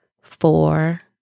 four